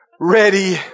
ready